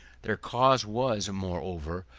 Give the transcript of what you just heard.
their cause was, moreover,